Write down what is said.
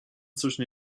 zwischen